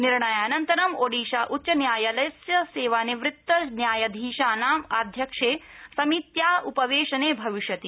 निर्णयानन्तरं ओडिशा उच्च न्यायालयस्य सेवानिवृत्त न्यायधीशानां आध्यक्षे समित्या उपवेशनं भविष्यति